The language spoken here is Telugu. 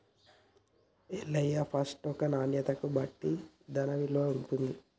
ఎల్లయ్య ఫస్ట్ ఒక నాణ్యతను బట్టి దాన్న విలువ ఉంటుంది